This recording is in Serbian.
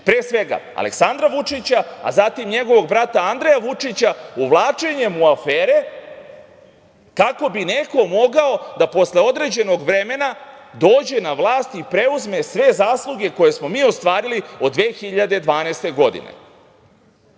pre svega Aleksandra Vučića, a zatim njegovog brata Andreja Vučića uvlačenjem u afere kako bi neko mogao da posle određenog vremena dođe na vlast i preuzme sve zasluge koje smo mi ostvarili od 2012. godine. Mi